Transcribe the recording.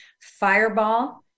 fireball